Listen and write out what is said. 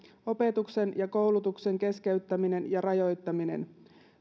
opetuksen ja koulutuksen keskeyttäminen ja rajoittaminen